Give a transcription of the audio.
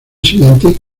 siguiente